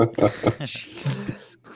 Jesus